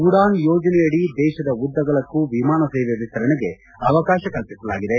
ಉಡಾನ್ ಯೋಜನೆಯಡಿ ದೇಶದ ಉದ್ದಗಲಕ್ಕೂ ವಿಮಾನ ಸೇವೆ ವಿಸ್ತರಣೆಗೆ ಅವಕಾಶ ಕಲ್ಪಿಸಲಾಗಿದೆ